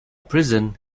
prison